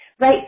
Right